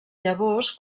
llavors